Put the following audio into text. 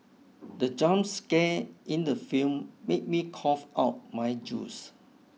the jump scare in the film made me cough out my juice